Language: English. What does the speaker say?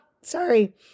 sorry